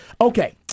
Okay